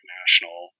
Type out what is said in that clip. national